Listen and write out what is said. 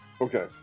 Okay